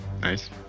Nice